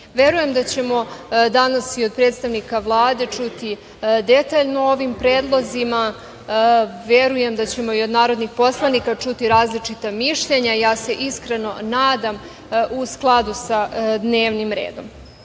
Srbije. Verujem da ćemo danas i od predstavnika Vlade čuti detaljno o ovim predlozima, verujem da ćemo i od narodnih poslanika čuti različita mišljenja, ja se iskreno nadam u skladu sa dnevnim redom. Nema